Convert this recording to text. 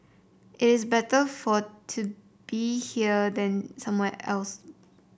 it's better for to be here than somewhere else